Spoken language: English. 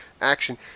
action